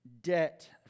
debt